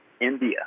India